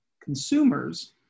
consumers